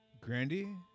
Grandy